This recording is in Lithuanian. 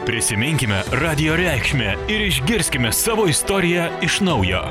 prisiminkime radijo reikšmę ir išgirskime savo istoriją iš naujo